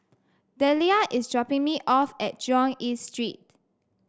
Dellia is dropping me off at Jurong East Street